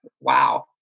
wow